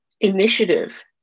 initiative